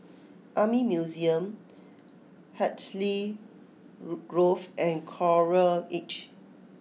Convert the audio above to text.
Army Museum Hartley Grove and Coral Edge